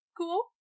cool